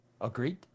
Agreed